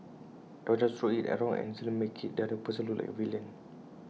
everyone just throws IT around and instantly IT makes the other person look like A villain